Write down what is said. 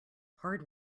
hard